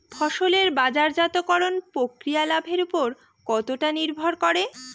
ফসলের বাজারজাত করণ প্রক্রিয়া লাভের উপর কতটা নির্ভর করে?